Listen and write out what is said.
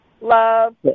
love